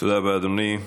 תודה רבה, אדוני.